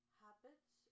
habits